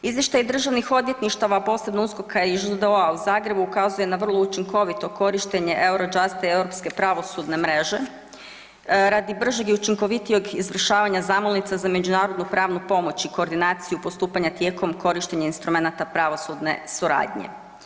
Izvještaj državnih odvjetništava, a posebno USKOK-a i ŽDO-a u Zagrebu ukazuje na vrlo učinkovito korištenje Eurojusta i Europske pravosudne mreže radi bržeg i učinkovitijeg izvršavanja zamolnica za međunarodnu pravnu pomoć i koordinaciju postupanja tijekom korištenja instrumenata pravosudne suradnje.